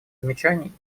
замечаний